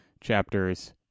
chapters